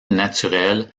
naturelle